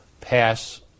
pass